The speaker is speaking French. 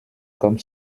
comme